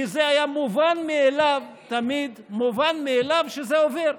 כי זה היה מובן מאליו, תמיד, מובן מאליו שזה עובר.